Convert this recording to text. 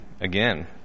again